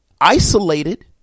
isolated